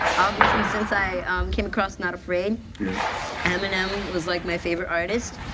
obviously, since i came across not afraid, eminem was like my favorite artist.